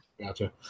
Gotcha